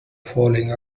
falling